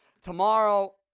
tomorrow